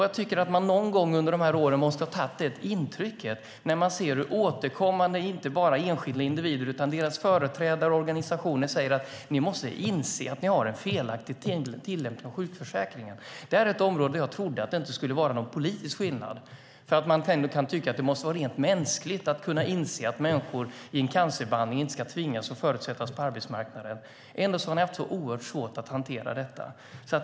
Jag tycker att man någon gång under de här åren måste ha tagit intryck av det när man ser hur inte bara enskilda individer utan deras företrädare och organisationer återkommande säger: Ni måste inse att ni har en felaktig tillämpning av sjukförsäkringen! Det här är ett område där jag trodde att det inte skulle vara någon politisk skillnad, för man kan tycka att det måste vara rent mänskligt att inse att människor som genomgår en cancerbehandling inte ska tvingas och förutsättas ta sig ut på arbetsmarknaden. Ändå har ni haft oerhört svårt att hantera detta.